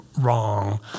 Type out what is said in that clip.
wrong